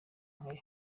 nkayo